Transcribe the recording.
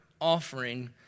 offering